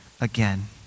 again